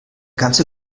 ganze